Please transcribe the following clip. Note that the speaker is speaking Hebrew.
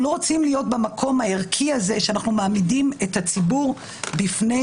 אנחנו לא רוצים להיות במקום הערכי הזה שאנחנו מעמידים את הציבור בפני